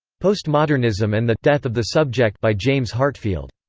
postmodernism and the death of the subject by james heartfield.